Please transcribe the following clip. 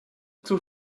zug